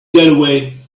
getaway